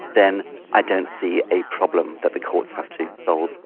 then i don't see a problem that the courts have to solve.